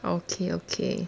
okay okay